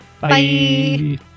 Bye